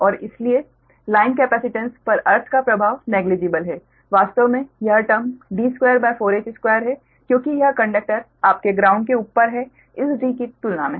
और इसलिए line capacitance पर अर्थ का प्रभाव नगण्य है वास्तव में यह टर्म D24h2 है क्योंकि यह कंडक्टर आपके ग्राउंड के बहुत ऊपर है इस d की तुलना में